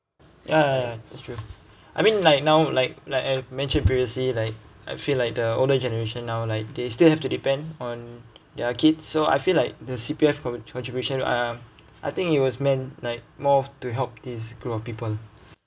ya ya ya that's true I mean like now like like I mentioned previously like I feel like the older generation now like they still have to depend on their kids so I feel like the C_P_F con~ contribution um I think it was meant like more of to help these group of people